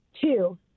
Two